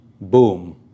boom